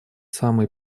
самые